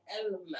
element